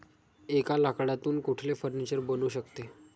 एका लाकडातून कुठले फर्निचर बनू शकते?